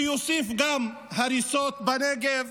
שיוסיף גם הריסות בנגב,